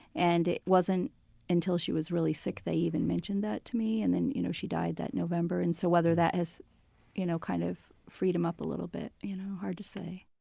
and it wasn't until she was really sick that he even mentioned that to me and then you know she died that november and so whether that has you know kind of freed him up a little bit you know hard to say.